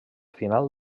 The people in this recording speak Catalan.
final